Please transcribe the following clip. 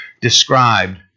described